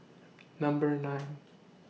Number nine